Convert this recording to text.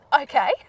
okay